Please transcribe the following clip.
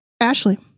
Ashley